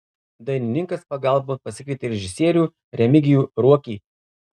dainininkas pagalbon pasikvietė režisierių remigijų ruokį